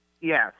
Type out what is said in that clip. yes